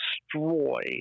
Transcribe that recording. destroy